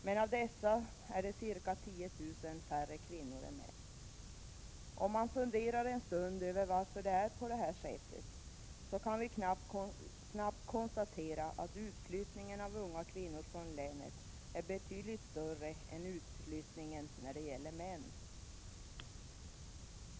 Men av dessa är det ca 10 000 färre kvinnor än män: Om man funderar en stund över varför det är på det här sättet kan vi snabbt konstatera att utflyttningen av unga kvinnor från länet är betydligt större än utflyttningen av män.